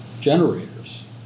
generators